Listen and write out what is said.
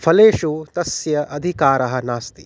फलेषु तस्य अधिकारः नास्ति